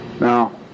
Now